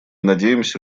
надеемся